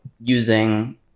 using